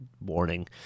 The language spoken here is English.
warning